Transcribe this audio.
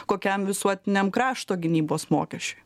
kokiam visuotiniam krašto gynybos mokesčiui